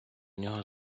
нього